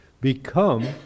become